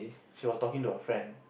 she was talking to a friend